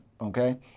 Okay